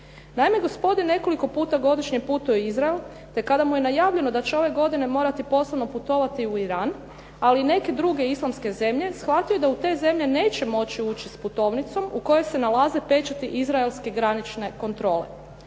Naime, gospodin nekoliko puta godišnje putuje u Izrael te kada mu je najavljeno da će ove godine morati poslovno putovati u Iran ali i neke druge islamske zemlje shvatio je da u te zemlje neće moći ući s putovnicom u kojoj se nalaze pečati izraelske granične kontrole.